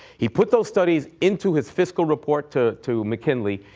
he put those studies into his fiscal report to to mckinley,